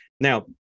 Now